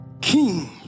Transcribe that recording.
king